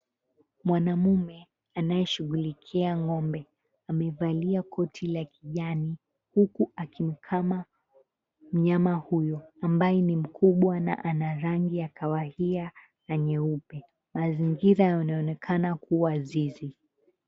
Mwanamume anayeshughulikia ng'ombe amevalia koti la kijani, huku akimkama mnyama huyo, ambaye ni mkubwa na ana rangi ya kahawia na nyeupe. Mazingira yanaonekana kuwa zizi.